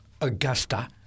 Augusta